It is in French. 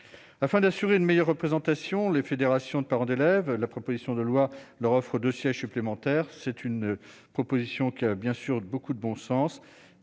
afin d'assurer une meilleure représentation, les fédérations de parents d'élèves, la proposition de loi leur offre de sièges supplémentaires, c'est une proposition qui a bien sûr beaucoup de bon sens,